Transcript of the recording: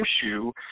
issue